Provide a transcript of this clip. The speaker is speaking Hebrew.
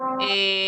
ביחס